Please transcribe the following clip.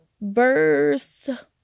verse